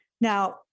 now